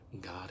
God